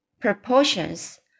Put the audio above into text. proportions